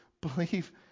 believe